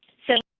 so,